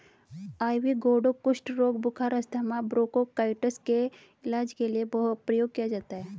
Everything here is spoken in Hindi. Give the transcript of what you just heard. आइवी गौर्डो कुष्ठ रोग, बुखार, अस्थमा, ब्रोंकाइटिस के इलाज के लिए प्रयोग किया जाता है